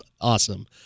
awesome